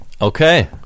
Okay